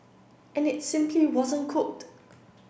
and it simply wasn't cooked